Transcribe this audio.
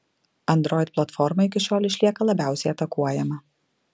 android platforma iki šiol išlieka labiausiai atakuojama